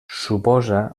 suposa